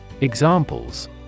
Examples